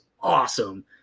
awesome